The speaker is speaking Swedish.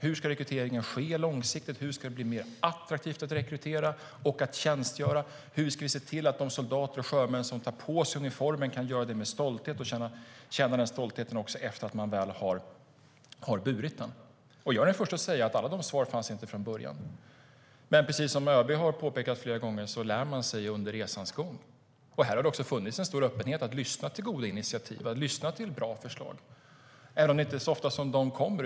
Hur ska rekryteringen ske långsiktigt? Hur ska det bli mer attraktivt att rekrytera och att tjänstgöra? Hur ska vi se till att de soldater och sjömän som tar på sig uniformen kan göra det med stolthet och känna denna stolthet också efter det att de har burit den? Jag är den förste att säga att alla dessa svar inte fanns från början. Men precis som ÖB har påpekat flera gånger lär man sig under resans gång. Här har det också funnits en stor öppenhet inför att lyssna till goda initiativ och att lyssna till bra förslag, även om det inte är så ofta de kommer.